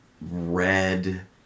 red